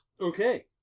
Okay